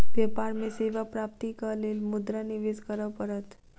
व्यापार में सेवा प्राप्तिक लेल मुद्रा निवेश करअ पड़त